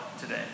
today